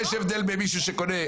יש הבדל בין מישהו שקונה,